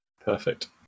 Perfect